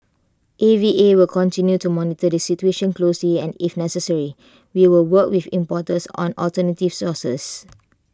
A V A will continue to monitor the situation closely and if necessary we will work with importers on alternative sources